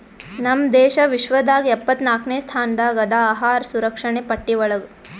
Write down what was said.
ನಮ್ ದೇಶ ವಿಶ್ವದಾಗ್ ಎಪ್ಪತ್ನಾಕ್ನೆ ಸ್ಥಾನದಾಗ್ ಅದಾ ಅಹಾರ್ ಸುರಕ್ಷಣೆ ಪಟ್ಟಿ ಒಳಗ್